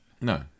No